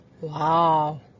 Wow